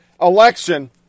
election